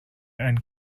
and